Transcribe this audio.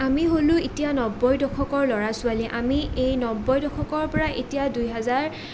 আমি হ'লোঁ এতিয়া নব্বৈ দশকৰ ল'ৰা ছোৱালী আমি এই নব্বৈ দশকৰ পৰা এতিয়া দুহাজাৰ